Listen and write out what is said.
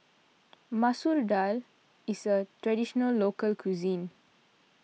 Masoor Dal is a Traditional Local Cuisine